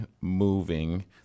moving